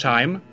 Time